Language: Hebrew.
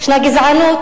ישנה גזענות,